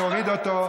תוריד אותו.